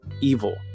evil